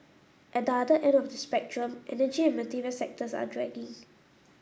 at the other end of the spectrum energy and material sectors are dragging